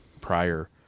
prior